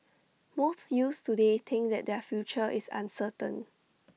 most youths today think that their future is uncertain